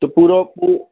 त पूरो पू